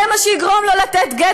זה מה שיגרום לו לתת גט?